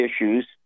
issues